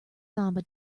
samba